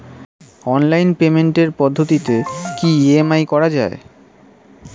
Online পেমেন্টের পদ্ধতিতে কি ই.এম.আই করা যায়?